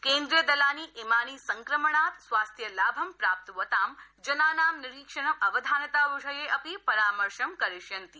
केन्द्रीय दलानि इमानि संक्रमणात् स्वास्थ्यलाभं प्राप्तवतां जनानां निरीक्षणं अवधानता विषये अपि परामशैं करिष्यन्ति